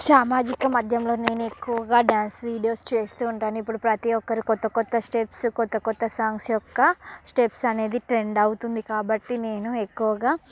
సామజిక మాధ్యమంలో నేను ఎక్కువగా డ్యాన్స్ వీడియోస్ చేస్తూ ఉంటాను ఇప్పుడు ప్రతి ఒక్కరు కొత్త కొత్త స్టెప్స్ కొత్త కొత్త సాంగ్స్ యొక్క స్టెప్స్ అనేది ట్రెండ్ అవుతుంది కాబట్టి నేను ఎక్కువగా